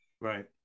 Right